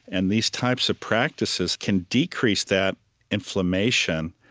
and these types of practices can decrease that inflammation.